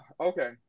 okay